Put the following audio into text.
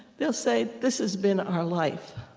they'll say, this has been our life.